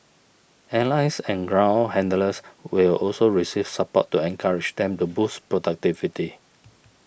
airlines and ground handlers will also receive support to encourage them to boost productivity